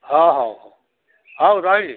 ହଉ ହଉ ହଉ ରହିଲି